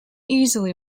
easily